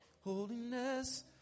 Holiness